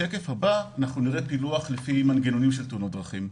שקף: פילוח לפי מנגנונים של תאונות דרכים.